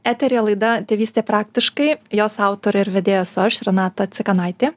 eteryje laida tėvystė praktiškai jos autorė ir vedėjas aš renata cikanaitė